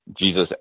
Jesus